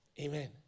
Amen